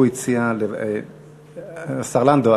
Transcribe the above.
השר לנדאו,